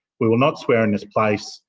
we will not swear in this place.